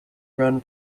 run